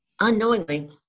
Unknowingly